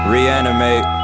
Reanimate